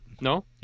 No